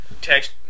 Text